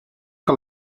que